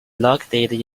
located